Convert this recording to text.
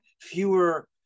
fewer